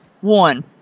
One